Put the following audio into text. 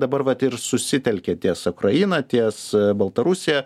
dabar vat susitelkė ties ukraina ties baltarusija